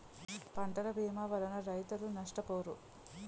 పంటల భీమా వలన రైతులు నష్టపోరు